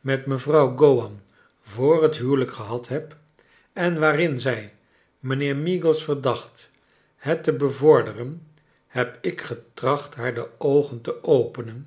met mevrouw go wan voor het huwelijk gehad heb en waarin zij mijnheer meagles verdacht het te bevorderen heb ik getracht haar de oogen te openen